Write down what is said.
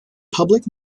public